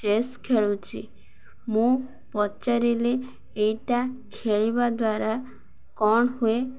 chess ଖେଳୁଛି ମୁଁ ପଚାରିଲେ ଏଇଟା ଖେଳିବା ଦ୍ୱାରା କ'ଣ ହୁଏ